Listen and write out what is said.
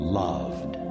loved